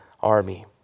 army